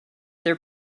their